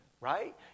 right